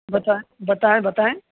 بتائے بتائیں بتائیں